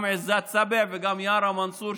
גם עיזאת סבע וגם יארה מנסור,